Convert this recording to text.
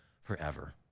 forever